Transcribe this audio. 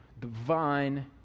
divine